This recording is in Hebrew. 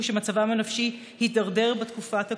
שמצבם הנפשי הידרדר בתקופת הקורונה,